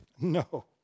No